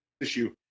issue